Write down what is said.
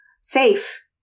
Safe